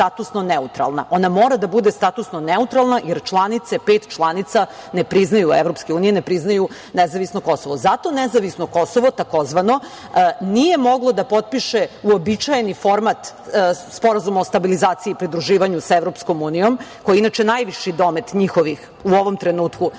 statusno neutralna. Ona mora da bude statusno neutralna jer pet članica Evropske unije ne priznaje nezavisno Kosovo. Zato tzv. nezavisno Kosovo nije moglo da potpiše uobičajeni format Sporazuma o stabilizaciji i pridruživanju sa Evropskom unijom, koji je inače najviši domet njihovih u ovom trenutku